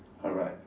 alright